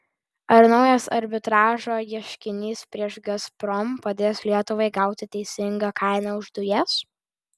ar naujas arbitražo ieškinys prieš gazprom padės lietuvai gauti teisingą kainą už dujas